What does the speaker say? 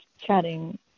chatting